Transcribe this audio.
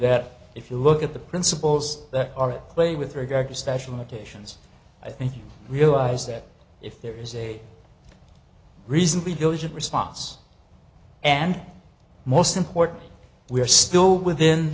that if you look at the principles that are play with regard to stash limitations i think you realize that if there is a reasonably diligent response and most important we are still within